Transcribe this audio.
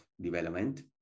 development